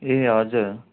ए हजुर